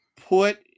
put